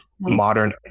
modern